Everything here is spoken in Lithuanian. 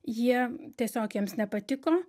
jie tiesiog jiems nepatiko